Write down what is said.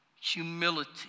humility